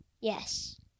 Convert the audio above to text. Yes